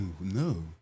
no